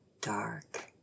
dark